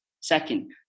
Second